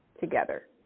together